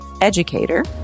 educator